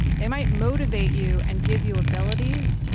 they might motivate you and give you abilities,